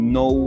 no